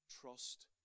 trust